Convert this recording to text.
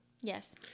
Yes